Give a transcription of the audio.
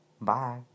Bye